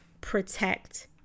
Protect